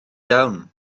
iawn